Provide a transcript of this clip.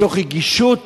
מתוך רגישות,